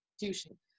institution